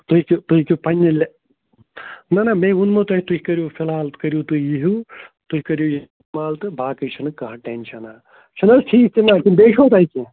تُہۍ ہیٚکِو تُہۍ ہیٚکِو پنٛنہِ نَہ نَہ مے ووٚنمو تۄہہِ تُہۍ کٔرِو فِلحال کٔرِو تُہۍ یہِ ہیوٗ تُہۍ کٔرِو تہٕ باقٕے چھِنہٕ کانٛہہ ٹٮ۪نشَنَہ چھُنہٕ حظ ٹھیٖک کِنۍ نَہ کِنہٕ بیٚیہِ چھُو تۄہہِ کیٚنٛہہ